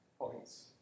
points